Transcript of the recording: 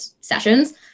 sessions